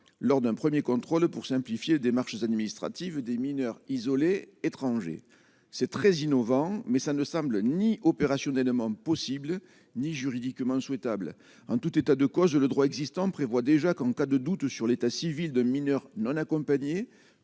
lors d'un 1er contrôle pour simplifier, démarches administratives, des mineurs isolés étrangers c'est très innovant, mais ça ne semble ni opération éléments possible, ni juridiquement souhaitables en tout état de cause, je le droit existant prévoit déjà qu'en cas de doute sur l'état civil de mineurs non accompagnés,